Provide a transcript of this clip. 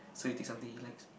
so you take something he likes